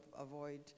avoid